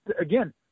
again